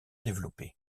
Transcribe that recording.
développées